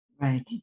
Right